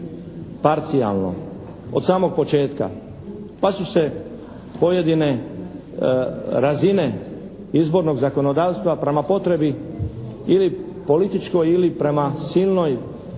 parcijalno, od samog početka. Pa su se pojedine razine izbornog zakonodavstva prema potrebi ili političkoj ili prema silnom